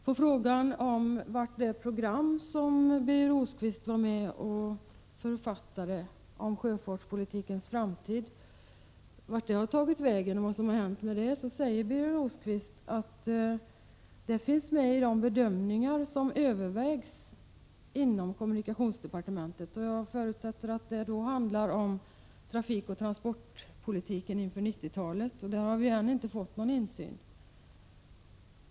På frågan om vart det program om sjöfartspolitikens framtid som Birger Rosqvist har varit med och författat har tagit vägen och vad som har hänt med det säger Birger Rosqvist att detta finns med i de bedömningar som övervägs inom kommunikationsdepartementet. Jag förutsätter att det då handlar om trafikoch transportpolitiken inför 1990-talet, och där har vi ännu inte fått någon insyn.